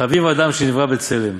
חביב אדם שנברא בצלם.